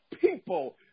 people